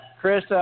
Chris